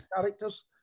characters